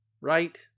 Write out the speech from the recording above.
Right